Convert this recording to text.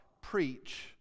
preach